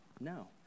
No